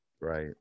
Right